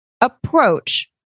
approach